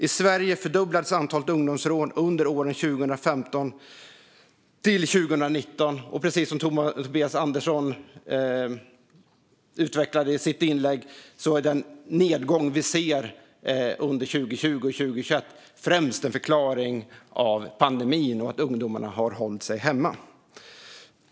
I Sverige fördubblades antalet ungdomsrån under åren 2015-2019, och precis som Tobias Andersson utvecklade i sitt inlägg kan den nedgång vi ser under 2020 och 2021 främst förklaras av pandemin och att ungdomar har hållit sig hemma.